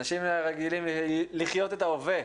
אנשים רגילים לחיות את ההווה.